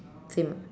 same